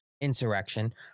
insurrection